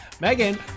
Megan